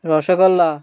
rasgulla